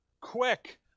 quick